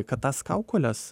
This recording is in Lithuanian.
kad tas kaukoles